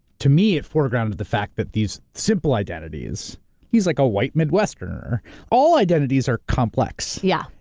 to me, it foregrounded the fact that these simple identities he's like a white midwesterner all identities are complex. yeah.